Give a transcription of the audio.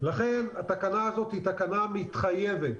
התקנה הזאת היא תקנה מתחייבת.